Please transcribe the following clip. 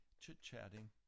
chit-chatting